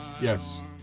Yes